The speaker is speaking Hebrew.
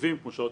רכיבים כמו שעות